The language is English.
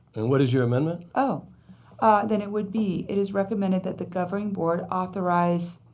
and what is your amendment? ah then it would be it is recommended that the governing board authorize